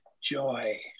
joy